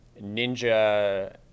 ninja